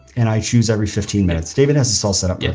and i choose every fifteen minutes. david has his ah set up yeah